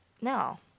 No